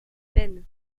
peines